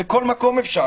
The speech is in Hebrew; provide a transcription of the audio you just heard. בכל מקום אפשר.